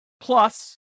Plus